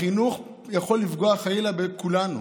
החינוך יכול לפגוע, חלילה, בכולנו.